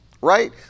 right